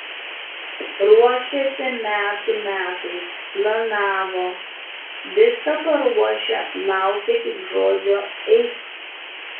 ruošėsi metų metais planavo viską paruošę laukė tik žodžio eik